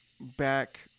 back